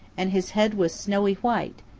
and his head was snowy white,